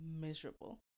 miserable